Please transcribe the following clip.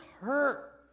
hurt